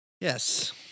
Yes